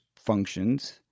functions